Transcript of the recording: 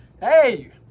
Hey